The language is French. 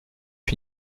pas